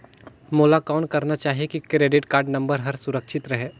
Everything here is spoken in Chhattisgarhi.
मोला कौन करना चाही की क्रेडिट कारड नम्बर हर सुरक्षित रहे?